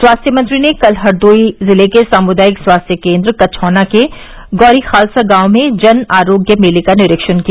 स्वास्थ्य मंत्री ने कल हरदोई ज़िले के सामुदायिक स्वास्थ्य केन्द्र कछौना के गौरी ख़ालसा गांव में जन आरोग्य मेले का निरीक्षण किया